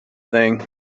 thing